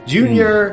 Junior